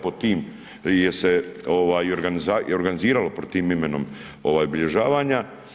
Pod tim se i organiziralo pod tim imenom obilježavanja.